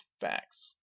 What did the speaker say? facts